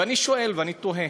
ואני שואל ואני תוהה: